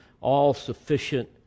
all-sufficient